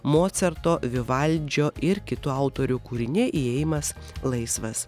mocarto vivaldžio ir kitų autorių kūriniai įėjimas laisvas